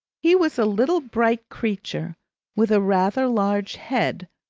he was a little bright creature with a rather large head,